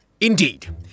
Indeed